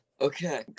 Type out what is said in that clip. Okay